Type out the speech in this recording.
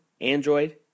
Android